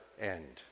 end